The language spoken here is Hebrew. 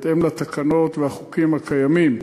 בהתאם לתקנות ולחוקים הקיימים,